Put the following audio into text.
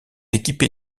équipé